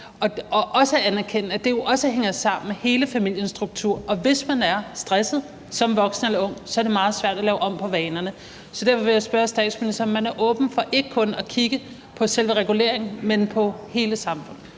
og anerkende, at det også hænger sammen med hele familiens struktur. Og hvis man er stresset som voksen eller ung, er det meget svært at lave om på vanerne. Derfor vil jeg spørge statsministeren, om hun er åben for ikke kun at kigge på selve reguleringen, men på hele samfundet.